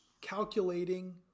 calculating